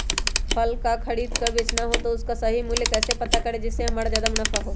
फल का खरीद का बेचना हो तो उसका सही मूल्य कैसे पता करें जिससे हमारा ज्याद मुनाफा हो?